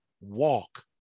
walk